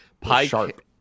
Pike